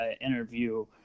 interview